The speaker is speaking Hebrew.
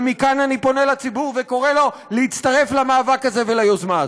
ומכאן אני פונה לציבור וקורא לו להצטרף למאבק הזה וליוזמה הזו.